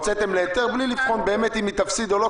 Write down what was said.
נתתם היתר בלי לבחון באמת אם היא תפסיד או לא.